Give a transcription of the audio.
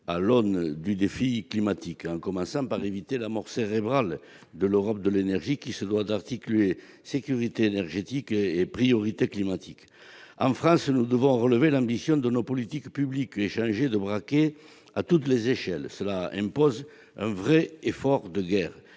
à l'aune du défi climatique. Pour ce faire, il faut commencer par éviter la mort cérébrale de l'Europe de l'énergie, qui doit articuler sécurité énergétique et priorité climatique. En France, nous devons relever l'ambition de nos politiques publiques et changer de braquet, à toutes les échelles. Il s'agit d'un véritable effort de guerre